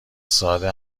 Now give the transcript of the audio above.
ساده